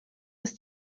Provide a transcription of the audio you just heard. ist